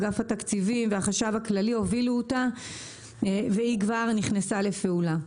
אגף התקציבים והחשב הכללי הובילו אותה והיא כבר נכנסה לפעולה.